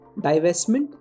divestment